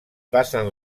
passen